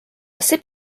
sip